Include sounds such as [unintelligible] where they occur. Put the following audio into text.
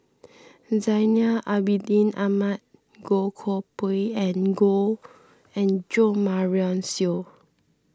Zainal Abidin Ahmad Goh Koh Pui and [unintelligible] and Jo Marion Seow